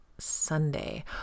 Sunday